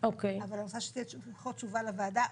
אבל אני רוצה שתהיה לפחות תשובה לוועדה,